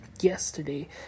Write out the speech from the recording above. yesterday